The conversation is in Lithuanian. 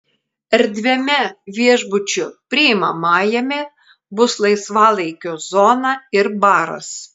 erdviame viešbučio priimamajame bus laisvalaikio zona ir baras